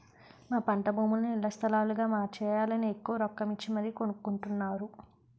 మా పంటభూములని ఇళ్ల స్థలాలుగా మార్చేయాలని ఎక్కువ రొక్కమిచ్చి మరీ కొనుక్కొంటున్నారు